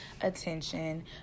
attention